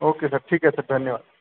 okay sir ठीक आहे sir धन्यवाद